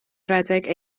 rhedeg